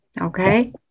okay